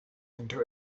into